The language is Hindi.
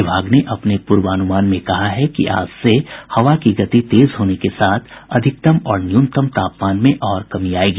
विभाग ने अपने पूर्वानुमान में कहा है कि आज से हवा की गति तेज होने के साथ अधिकतम और न्यूनतम तापमान में और कमी आयेगी